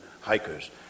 hikers